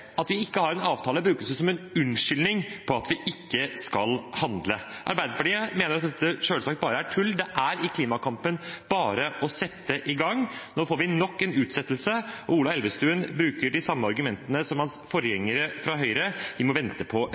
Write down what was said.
at vi ikke har en avtale, brukes som en unnskyldning for at vi ikke skal handle. Arbeiderpartiet mener at dette selvsagt bare er tull, det er i klimakampen bare å sette i gang. Nå får vi nok en utsettelse, og Ola Elvestuen bruker de samme argumentene som hans forgjengere fra Høyre: Vi må vente på